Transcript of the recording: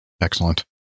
Excellent